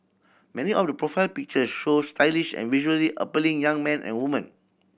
many of the profile pictures show stylish and visually appealing young men and woman